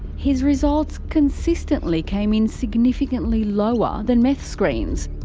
his results consistently came in significantly lower than meth screen's.